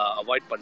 avoid